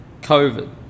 COVID